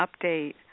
update